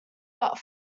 but